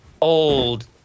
old